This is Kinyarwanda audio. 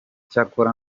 cyakora